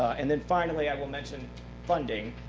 and then finally, i will mention funding.